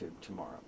tomorrow